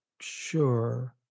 sure